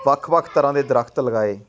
ਵੱਖ ਵੱਖ ਤਰ੍ਹਾਂ ਦੇ ਦਰਖਤ ਲਗਾਏ